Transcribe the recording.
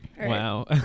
Wow